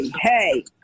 hey